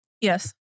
Yes